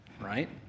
right